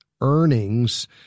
earnings